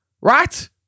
Right